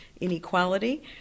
inequality